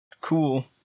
cool